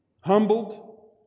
humbled